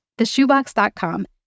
theshoebox.com